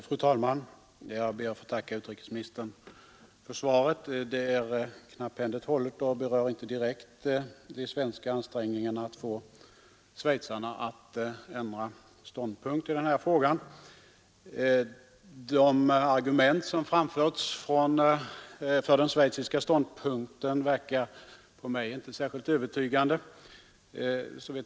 Fru talman! Jag ber att få tacka utrikesministern för svaret. Det är knapphändigt hållet och berör inte direkt de svenska ansträngningarna att få schweizarna att ändra ståndpunkt i den här frågan. De argument som framförts för den schweiziska ståndpunkten verkar inte särskilt övertygande.